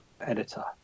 editor